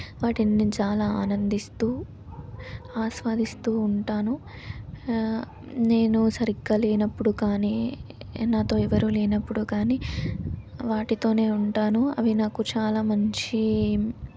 వాటిని నేను చాలా ఆనందిస్తూ ఆస్వాదిస్తూ ఉంటాను నేను సరిగ్గా లేనప్పుడు కానీ నాతో ఎవరూ లేనప్పుడు కానీ వాటితోనే ఉంటాను అవి నాకు చాలా మంచి